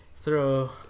throw